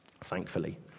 thankfully